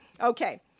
okay